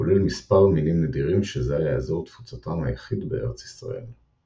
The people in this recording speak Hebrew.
כולל מספר מינים נדירים שזה היה אזור תפוצתם היחיד בארץ ישראל.